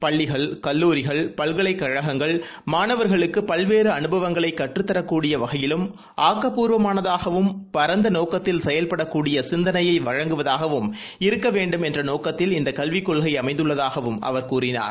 பள்ளிகள் கல்லூரிகள் பல்கலைக் கழகங்கள் மாணவர்களுக்குபல்வேறுஅனுபவங்களைகற்றுத்தரக் வகையிலும் பரந்தநோக்கத்தில் க்படிய ஆக்கபூர்வமானதாகவும் செயல்படக்கூடியசிந்தனையைவழங்குவதாகவும் இருக்கவேண்டும் என்றநோக்கத்தில் இந்தகல்விக் கொள்கைஅமைந்துள்ளதாகவும் அவர் கூறினார்